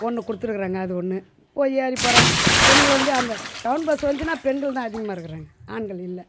ஒன்று கொடுத்துருக்கறாங்க அது ஒன்று போ ஏறி போறாங்க பெண்களும் வந்து அந்த டௌன் பஸ் வந்துச்சினால் பெண்கள் தான் அதிகமாக இருக்கிறாங்க ஆண்கள் இல்லை